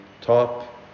top